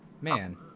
man